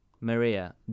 Maria